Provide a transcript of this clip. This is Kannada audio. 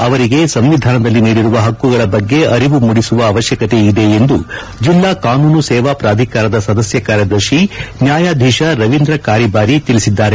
ಅವರಿಗೆ ಸಂವಿಧಾನದಲ್ಲಿ ನೀಡಿರುವ ಹಕ್ಕುಗಳ ಬಗ್ಗೆ ಅರಿವು ಮೂಡಿಸುವ ಅವಕ್ಕಕತೆ ಇದೆ ಎಂದು ಜಿಲ್ಲಾ ಕಾನೂನು ಸೇವಾ ಪ್ರಾಧಿಕಾರದ ಸದಸ್ಯ ಕಾರ್ಯದರ್ಶಿ ನ್ಯಾಯಧೀಶ ರವೀಂದ್ರ ಕಾರಿಬಾರಿ ತಿಳಿಸಿದರು